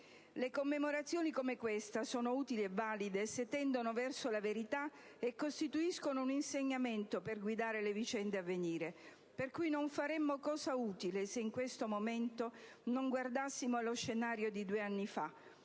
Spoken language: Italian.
Le commemorazioni come questa sono utili e valide se tendono verso la verità e se costituiscono un insegnamento per guidare le vicende a venire. Per cui non faremmo cosa utile se in questo momento non guardassimo allo scenario di due anni fa: